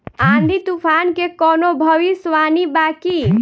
आँधी तूफान के कवनों भविष्य वानी बा की?